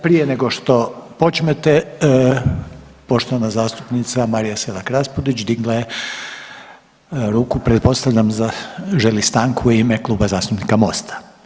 Prije nego što počnete poštovana zastupnica Marija Selak-Raspudić digla je ruku pretpostavljam želi stanku u ime Kluba zastupnika MOST-a.